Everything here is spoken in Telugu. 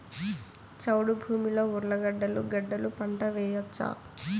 చౌడు భూమిలో ఉర్లగడ్డలు గడ్డలు పంట వేయచ్చా?